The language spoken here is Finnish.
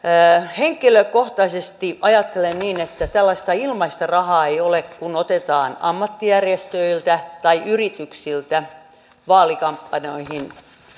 henkilökohtaisesti ajattelen niin että tällaista ilmaista rahaa ei ole kun otetaan ammattijärjestöiltä tai yrityksiltä vaalikampanjoihin